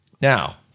Now